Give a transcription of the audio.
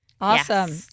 awesome